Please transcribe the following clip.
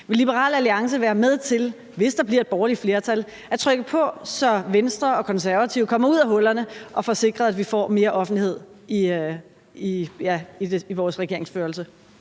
Vil Liberal Alliance være med til, hvis der bliver et borgerligt flertal, at trykke på, så Venstre og Konservative kommer ud af hullerne og får sikret, at vi får mere offentlighed i vores regeringsførelse?